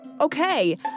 Okay